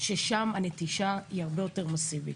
שם הנטישה היא הרבה יותר מסיבית.